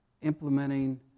implementing